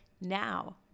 Now